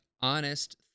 honest